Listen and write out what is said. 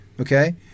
Okay